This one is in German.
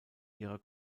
ihrer